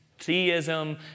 theism